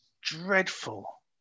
dreadful